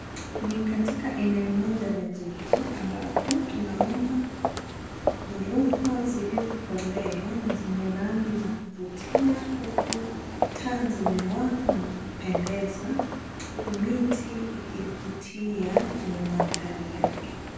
Ni katika eneo moja la jiji, ambapo, tunaona ghorofa zilizokolea na zenye rangi ya kuvutia huku taa zimewakwa na kupendeza, huku miti ikivutia kwenye mandhari yake.